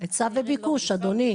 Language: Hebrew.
היצע וביקוש, אדוני.